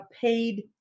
paid